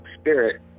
spirit